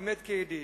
באמת כידיד.